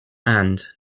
and